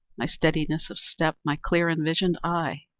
my steadiness of step, my clear and visioned eye.